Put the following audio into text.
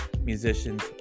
musicians